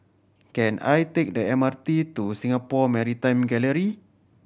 can I take the M R T to Singapore Maritime Gallery